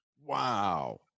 Wow